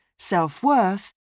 self-worth